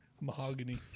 Mahogany